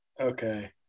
Okay